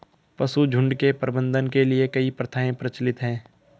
पशुझुण्ड के प्रबंधन के लिए कई प्रथाएं प्रचलित हैं